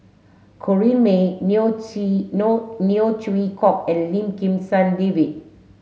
Corrinne May Neo Chwee Neo Chwee Kok and Lim Kim San David